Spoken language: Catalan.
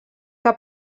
que